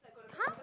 !huh!